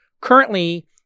currently